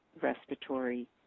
Respiratory